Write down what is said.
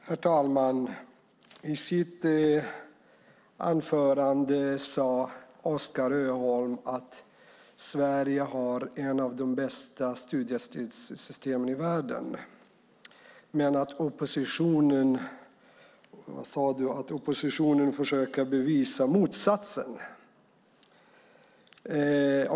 Herr talman! Oskar Öholm sade i sitt anförande att Sverige har ett av världens bästa studiestödssystem men att oppositionen försöker bevisa motsatsen.